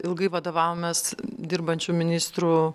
ilgai vadovavomės dirbančių ministrų